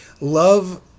love